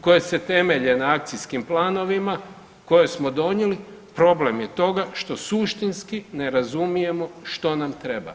koje se temelje na akcijskim planovima koje smo donijeli, problem je toga što suštinski ne razumijemo što nam treba.